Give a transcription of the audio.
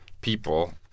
people